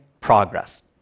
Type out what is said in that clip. progress